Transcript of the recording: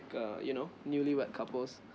uh you know newly wed couples